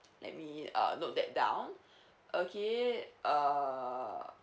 let me uh note that down okay uh